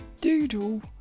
doodle